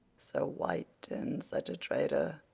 so white, and such a traitor!